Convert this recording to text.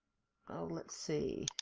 let's see,